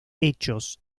hechos